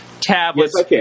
tablets